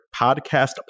podcast